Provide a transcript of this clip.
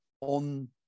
on